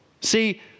See